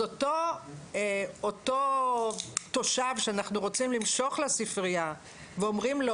אז אותו תושב שאנחנו רוצים למשוך לספריה ואומרים לו